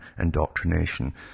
indoctrination